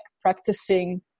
practicing